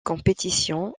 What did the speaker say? compétition